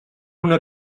una